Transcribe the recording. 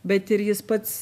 bet ir jis pats